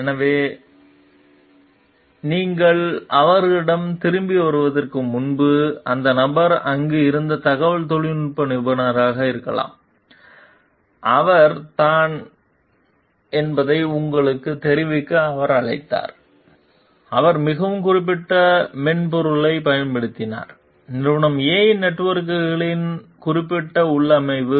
எனவே ஏனென்றால் நீங்கள் அவர்களிடம் திரும்பி வருவதற்கு முன்பு அந்த நபர் அங்கு இருந்த தகவல் தொழில்நுட்ப நிபுணராக இருக்கலாம் அவர் தான் என்பதை உங்களுக்குத் தெரிவிக்க அவர் அழைத்தார் அவர் மிகவும் குறிப்பிட்ட மென்பொருளைப் பயன்படுத்தினார் நிறுவனங்கள் A இன் நெட்வொர்க்குகளின் குறிப்பிட்ட உள்ளமைவு